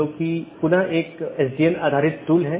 दूसरे अर्थ में यह ट्रैफिक AS पर एक लोड है